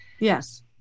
Yes